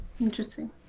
Interesting